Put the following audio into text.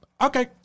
okay